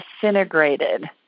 disintegrated